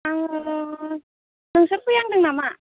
आङो नोंसोर फैहांदों नामा